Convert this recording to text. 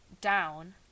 down